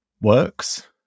works